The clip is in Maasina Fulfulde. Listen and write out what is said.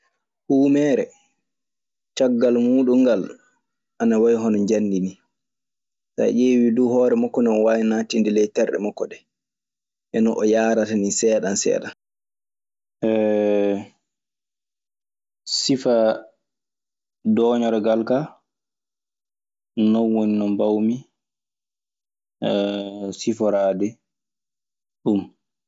Huumeere caggal muuɗum ngal ana way hono njamndi ni. So a ƴeewi dow hoore makko ndee omo waawi naatinnde ley terde makko ɗe, e no o yaaratani seeɗan seeɗan. Sifaa dooñorgal kaa, non woni no mbawmi siforaade ɗum.